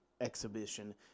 exhibition